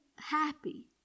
Happy